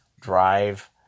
drive